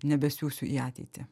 nebesiųsiu į ateitį